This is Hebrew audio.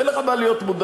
אין לך מה להיות מודאג.